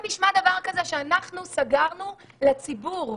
שסגרנו לציבור?